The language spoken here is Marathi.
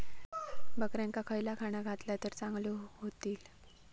बकऱ्यांका खयला खाणा घातला तर चांगल्यो व्हतील?